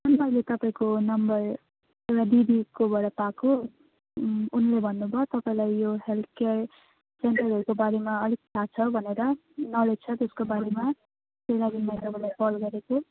अनि मैले तपाईँको नम्बर एउटा दिदीकोबाट पाएको उनले भन्नुभयो तपाईँलाई यो हेल्थ केयर सेन्टरहरूको बारेमा अलिक थाह छ भनेर नलेज छ त्यसको बारेमा त्यही लागि मैले तपाईँलाई कल गरेको